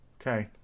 Okay